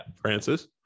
Francis